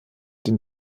den